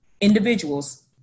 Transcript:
individuals